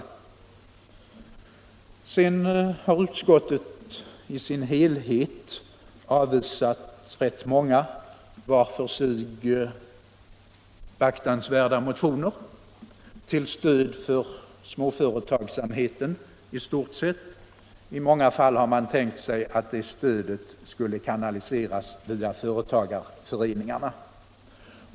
Sedan har utskottet i sin helhet avvisat rätt många var för sig beaktansvärda motioner till stöd för småföretagsamheten i stort sett. I åtskilliga fall har man tänkt sig att stödet skulle kanaliseras via företagarföreningarna.